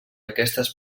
aquestes